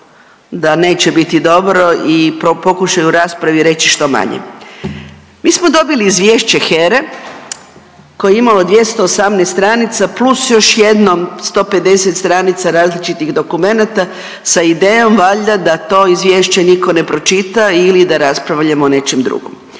da neće biti dobro i pokušao je u raspravi reći što manje. Mi smo dobili izvješće HERE koje je imalo 218 stranica plus još jedno 150 stranica različitih dokumenata sa idejom valjda da to izvješće nitko ne pročita ili da raspravljamo o nečem drugom.